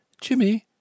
Jimmy